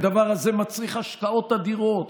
הדבר הזה מצריך השקעות אדירות,